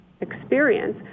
experience